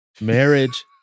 Marriage